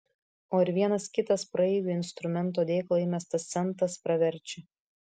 o ir vienas kitas praeivių į instrumento dėklą įmestas centas praverčia